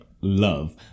love